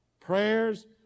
Prayers